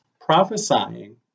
prophesying